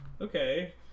okay